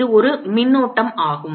இது ஒரு மின்னோட்டம் ஆகும்